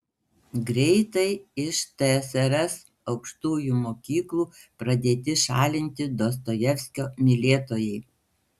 greitai iš tsrs aukštųjų mokyklų pradėti šalinti dostojevskio mylėtojai